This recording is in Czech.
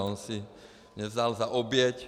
On si mě vzal za oběť.